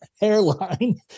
hairline